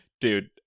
dude